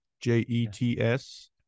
J-E-T-S